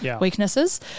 weaknesses